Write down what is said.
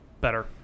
better